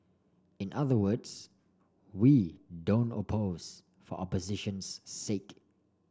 in other words we don't oppose for opposition's sake